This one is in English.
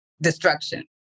destruction